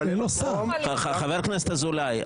חבר הכנסת אזולאי,